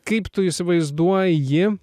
kaip tu įsivaizduoji